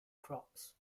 crops